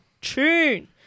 tune